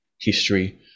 history